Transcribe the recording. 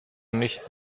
nicht